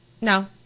No